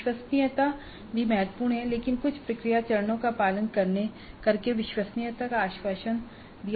विश्वसनीयता भी महत्वपूर्ण है लेकिन कुछ प्रक्रिया चरणों का पालन करके विश्वसनीयता का आश्वासन दिया जा सकता है